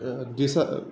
द्वि